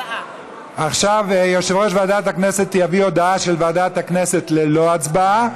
עכשיו יושב-ראש ועדת הכנסת יביא הודעה של ועדת הכנסת ללא הצבעה.